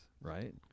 right